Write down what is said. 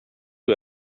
who